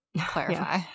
clarify